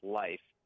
life